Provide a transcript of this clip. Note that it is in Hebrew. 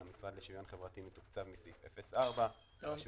המשרד לשוויון חברתי מתוקצב מסעיף 04 והרשות